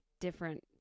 different